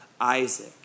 Isaac